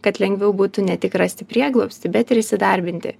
kad lengviau būtų ne tik rasti prieglobstį bet ir įsidarbinti